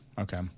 Okay